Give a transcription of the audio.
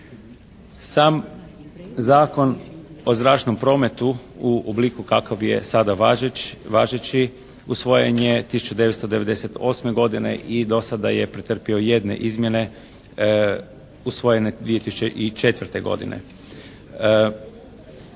Sam Zakon o zračnom prometu u obliku kakav je sada važeći usvojen je 1998. godine i do sada je pretrpio jedne izmjene usvojene 2004. godine.